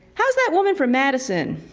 how's that woman from madison?